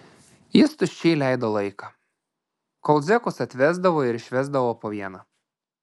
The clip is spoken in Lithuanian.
jis tuščiai leido laiką kol zekus atvesdavo ir išvesdavo po vieną